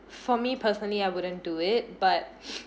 for me personally I wouldn't do it but